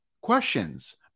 questions